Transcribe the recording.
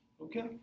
Okay